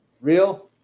real